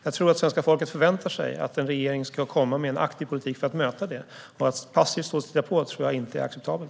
Jag tror att svenska folket förväntar sig att en regering ska komma med en aktiv politik för att möta detta. Att passivt stå och titta på är inte acceptabelt.